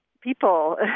people